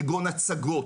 כגון: הצגות,